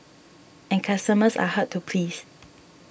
and customers are hard to please